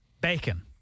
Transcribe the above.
Bacon